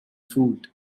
food